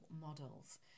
models